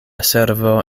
servo